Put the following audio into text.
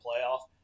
playoff